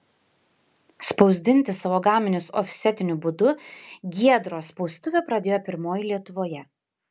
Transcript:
spausdinti savo gaminius ofsetiniu būdu giedros spaustuvė pradėjo pirmoji lietuvoje